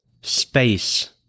space